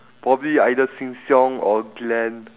probably either seng-siong or glen